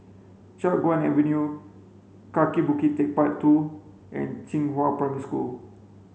Chiap Guan Avenue Kaki Bukit Techpark Two and Xinghua Primary School